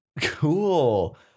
cool